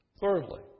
Thirdly